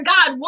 God